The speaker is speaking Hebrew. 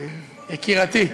יקירתי,